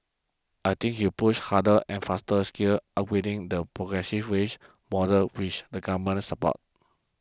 I think he push harder and faster skills upgrading the progressive wage model which the government supports